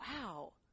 Wow